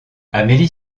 amélie